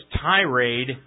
tirade